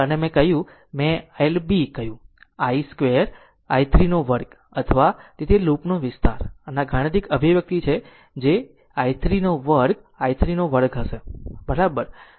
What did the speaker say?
અને એ બરાબર છે મેં l Bને કહ્યું 2i 3 2i 3 અથવા તેથી તે લૂપનો વિસ્તાર આ ગાણિતિક અભિવ્યક્તિમાં કે જે છે તે thE i 3 2i 3 i 3 2 બરાબર હશે